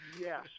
Yes